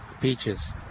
peaches